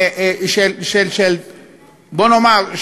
בוא נאמר,